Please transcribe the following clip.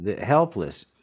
helpless